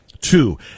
Two